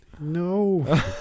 No